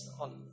on